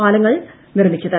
പാലങ്ങൾ നിർമ്മിച്ചത്